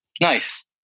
Nice